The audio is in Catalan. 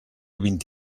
vint